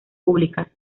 públicas